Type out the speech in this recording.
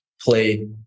play